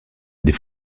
des